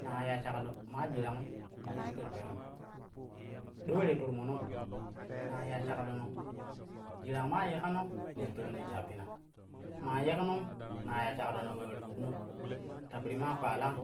Naa ya shaklo maa jirang um ne ti par pee ulem, do ule ti tur monom naa ya shaklo no jirang maa ye kano ner peru nen shappina maa yeknon na ya shaklono ule ular vubna ta piri maa ƙpaala